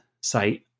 site